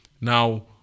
Now